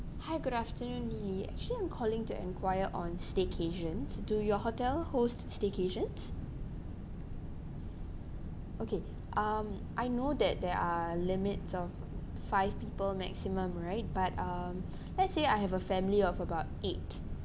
hi good afternoon lily actually I'm calling to enquire on staycations do your hotel host staycations okay um I know that there are limits of five people maximum right but um let's say I have a family of about eight